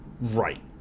right